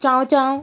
chow chow